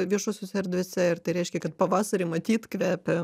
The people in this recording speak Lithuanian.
viešosiose erdvėse ir tai reiškia kad pavasarį matyt kvepia